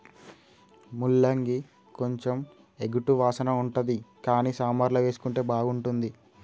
ముల్లంగి కొంచెం ఎగటు వాసన ఉంటది కానీ సాంబార్ల వేసుకుంటే బాగుంటుంది